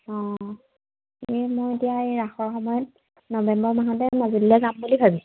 অ এই মই এতিয়া এই ৰাসৰ সময়ত নৱেম্বৰ মাহতে মাজুলীলে যাম বুলি ভাবিছোঁ